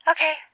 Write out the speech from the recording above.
Okay